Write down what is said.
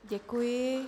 Děkuji.